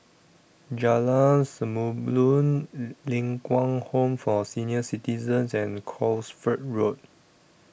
Jalan Samulun Ling Kwang Home For Senior Citizens and Cosford Road